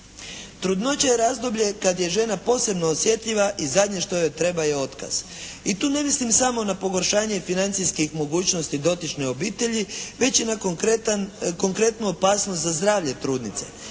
Trudnoća je razdoblje kad je žena posebno osjetljiva i zadnje što joj treba je otkaz. I tu ne mislim samo na pogoršanje financijskih mogućnosti dotičnoj obitelji već i na konkretnu opasnost za zdravlje trudnice.